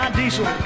diesel